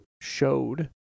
showed